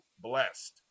blessed